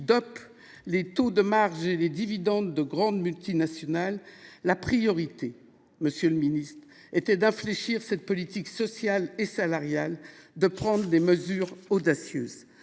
les taux de marge et les dividendes des grandes multinationales, la priorité était, monsieur le ministre, d’infléchir cette politique sociale et salariale et de prendre des mesures audacieuses.